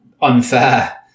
unfair